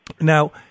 Now